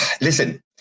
listen